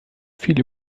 viel